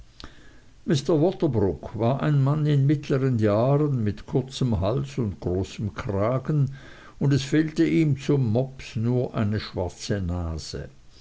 waterbroock war ein mann in mittleren jahren mit kurzem hals und großem kragen und es fehlte ihm zum mops nur eine schwarze nase